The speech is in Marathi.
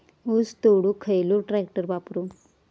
ऊस तोडुक खयलो ट्रॅक्टर वापरू?